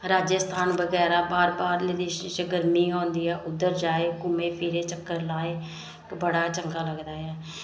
राजस्थान बगैरा जित्थै बार बार गर्मी गै होंदी ऐ उद्धर जाए घुम्मै फिरै चक्कर लाए ते बड़ा चंगा लगदा ऐ